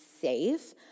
safe